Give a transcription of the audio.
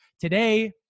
Today